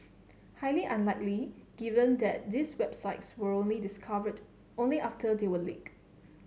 highly unlikely given that these websites were only discovered only after they were leaked